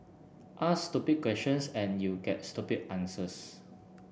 ask stupid questions and you get stupid answers